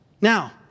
Now